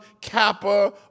Kappa